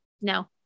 No